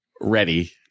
Ready